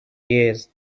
years